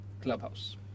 Clubhouse